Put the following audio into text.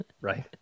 right